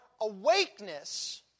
awakeness